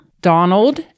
Donald